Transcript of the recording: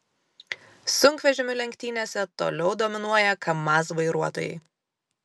sunkvežimių lenktynėse toliau dominuoja kamaz vairuotojai